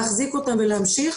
להחזיק אותם ולהמשיך.